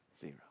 Zero